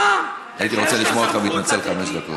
הייתי רוצה לשמוע אותך מתנצל חמש דקות.